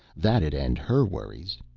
that'd end her worries.